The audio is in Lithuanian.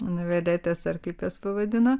noveletės ar kaip jas pavadino